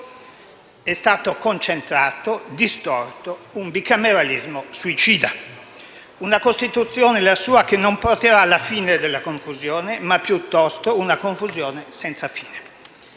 è stato concentrato, distorto: un bicameralismo suicida. Una Costituzione, la sua, che non porterà la fine della confusione, ma piuttosto una confusione senza fine.